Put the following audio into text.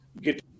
Get